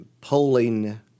polling